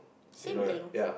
sibling